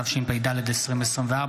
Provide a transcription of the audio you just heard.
התשפ"ד 2024,